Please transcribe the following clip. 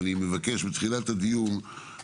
אני מבקש להתחיל עם מתן